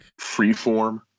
Freeform